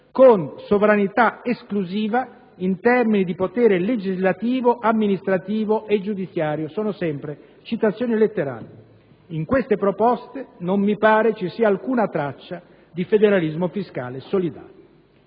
con «sovranità esclusiva in termini di potere legislativo, amministrativo, giudiziario» (sono sempre citazioni letterali). In queste proposte non mi pare ci sia alcuna traccia di federalismo fiscale solidale.